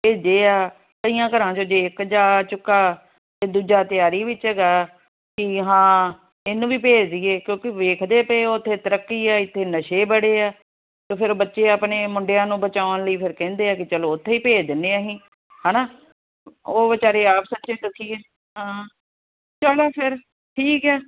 ਭੇਜੇ ਆ ਕਈਆਂ ਘਰਾਂ ਚੋਂ ਜੇ ਇੱਕ ਜਾ ਚੁੱਕਾ ਅਤੇ ਦੂਜਾ ਤਿਆਰੀ ਵਿੱਚ ਹੈਗਾ ਵੀ ਹਾਂ ਇਹਨੂੰ ਵੀ ਭੇਜ ਦੇਈਏ ਕਿਉਂਕਿ ਵੇਖਦੇ ਪਏ ਉੱਥੇ ਤਰੱਕੀ ਹੈ ਇੱਥੇ ਨਸ਼ੇ ਬੜੇ ਆ ਤਾਂ ਫਿਰ ਬੱਚੇ ਆਪਣੇ ਮੁੰਡਿਆਂ ਨੂੰ ਬਚਾਉਣ ਲਈ ਫਿਰ ਕਹਿੰਦੇ ਆ ਕਿ ਚਲੋ ਉੱਥੇ ਹੀ ਭੇਜ ਦਿੰਦੇ ਹਾਂ ਅਸੀਂ ਹੈ ਨਾ ਉਹ ਵਿਚਾਰੇ ਆਪ ਸੱਚੀ ਦੁਖੀ ਆ ਹਾਂ ਚਲੋ ਫਿਰ ਠੀਕ ਹੈ